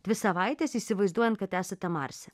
dvi savaites įsivaizduojant kad esate marse